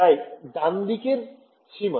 তাই ডানদিকের সীমা